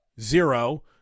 zero